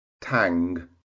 tang